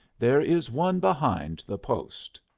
there is one behind the post.